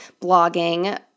blogging